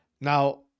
Now